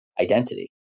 identity